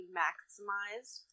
maximized